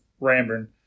Ramburn